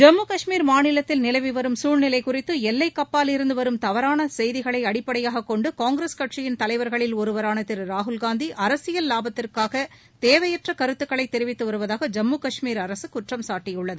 ஜம்மு கஷ்மீர் மாநிலத்தில் நிலவி வரும் சூழ்நிலை குறித்து எல்லைக்கப்பால் இருந்து வரும் தவறான செய்திகளை அடிப்படியாக கொண்டு காங்கிரஸ் கட்சியின் தலைவர்களில் ஒருவராள திரு ராகுல்காந்தி அரசியல் லாபத்திற்காக தேவையற்ற கருத்துக்களை தெரிவித்து வருவதாக ஜம்மு கஷ்மீர் அரசு குற்றம்சாட்டியுள்ளது